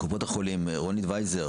רונית וייזר